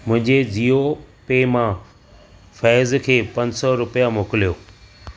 मुंहिंजे जीओ पे मां फैज़ खे पंज सौ रुपिया मोकिलियो